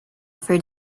for